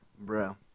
Bro